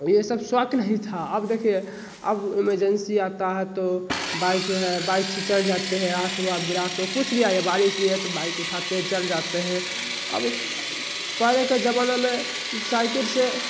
ये सब शौक़ नहीं था अब देखिए अब इमरजेंसी आती है तो बाइक है बाइक से चले जाते हैं रात हुई बिरात हुआ कुछ भी है बारिश भी है तो बाइक उठाते हैं चल जाते हैं अब पहले के ज़माने में साइकिल से